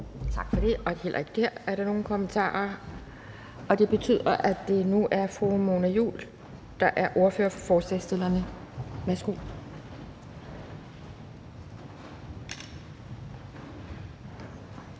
Tak for det. Heller ikke her er der nogen kommentarer. Det betyder, at det nu er fru Mona Juul, som er ordfører for forslagsstillerne. Værsgo.